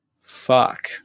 fuck